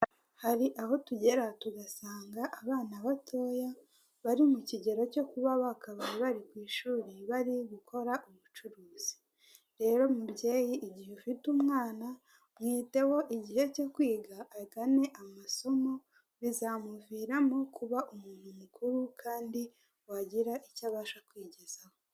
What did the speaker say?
Hari aho tugera tugasanga abana batoya bari mu kigero cyo kuba bakabaye bari ku ishuri bari gukara ubucuruzi, rero mubyeyi mu gihe ufite umwana mwiteho igihe cyo kwiga agane amasomo bizamuviramo kuba umuntu mukuru kandi wagira icyo abasha kwigezaho.